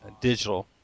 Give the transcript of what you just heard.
digital